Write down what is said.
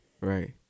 Right